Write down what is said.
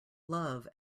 love